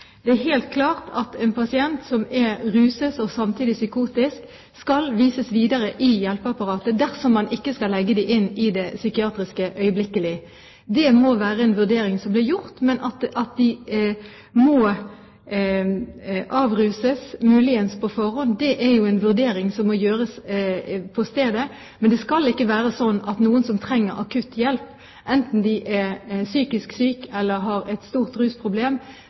Det er helt klart at en pasient som er ruset og samtidig psykotisk, skal vises videre i hjelpeapparatet, dersom man ikke øyeblikkelig skal legge dem inn på en psykiatrisk avdeling. Det må være en vurdering som blir gjort. Men at de må avruses – muligens på forhånd – er jo en vurdering som må gjøres på stedet. Men det skal være slik at når det er noen som trenger akutt hjelp, enten de er psykisk syke eller har et stort rusproblem,